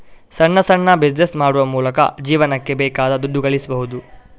ಸಣ್ಣ ಸಣ್ಣ ಬಿಸಿನೆಸ್ ಮಾಡುವ ಮೂಲಕ ಜೀವನಕ್ಕೆ ಬೇಕಾದ ದುಡ್ಡು ಗಳಿಸ್ಬಹುದು